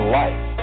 life